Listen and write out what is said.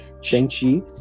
Shang-Chi